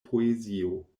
poezio